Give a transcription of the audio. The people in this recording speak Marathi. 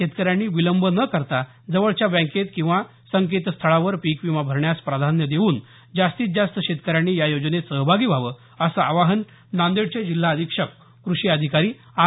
शेतकऱ्यांनी विलंब न करता जवळच्या बँकेत किंवा पोर्टलवर पिक विमा भरण्यास प्राधान्य देवून जास्तीत जास्त शेतकऱ्यांनी या योजनेत सहभागी व्हावं असं आवाहन नांदेडचे जिल्हा अधीक्षक कृषी अधिकारी आर